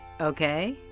Okay